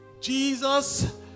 Jesus